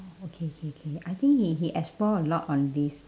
ah okay okay okay I think he he explore a lot on this